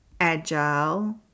agile